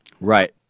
Right